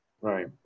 Right